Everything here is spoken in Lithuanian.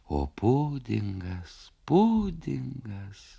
o pudingas pudingas